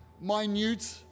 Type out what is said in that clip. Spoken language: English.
minute